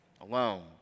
Alone